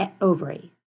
ovary